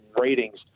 ratings